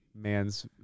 man's